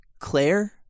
Claire